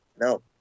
no